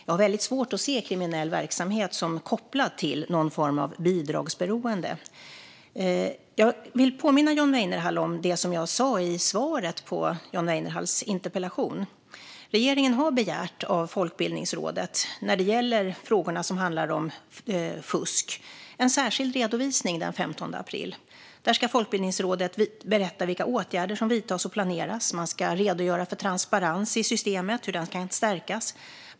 Jag har svårt att se kriminell verksamhet som kopplad till någon form av bidragsberoende. Jag vill påminna John Weinerhall om det jag sa i svaret på hans interpellation. När det gäller frågorna om fusk har regeringen begärt av Folkbildningsrådet en särskild redovisning den 15 april. Där ska Folkbildningsrådet berätta vilka åtgärder som vidtas och planeras. Man ska redogöra för transparens i systemet och hur den kan stärkas.